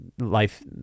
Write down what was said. life